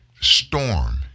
storm